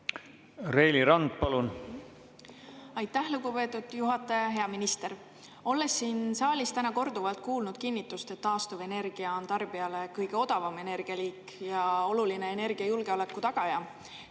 Reili Rand, palun! Aitäh, lugupeetud juhataja! Hea minister! Olles siin saalis täna korduvalt kuulnud kinnitust, et taastuvenergia on tarbijale kõige odavam energialiik ja oluline energiajulgeoleku tagaja,